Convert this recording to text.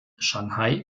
shanghai